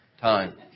time